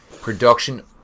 production